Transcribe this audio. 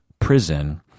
prison